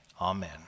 amen